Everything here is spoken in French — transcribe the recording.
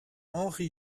henri